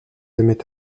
aimaient